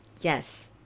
Yes